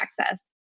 access